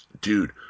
dude